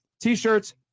T-shirts